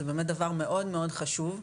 זה באמת דבר מאוד מאוד חשוב,